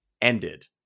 ended